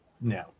no